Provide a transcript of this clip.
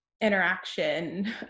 interaction